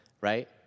right